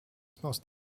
most